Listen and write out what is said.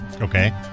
Okay